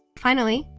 finally,